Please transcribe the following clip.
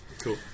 Cool